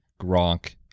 Gronk